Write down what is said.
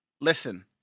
Listen